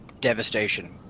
devastation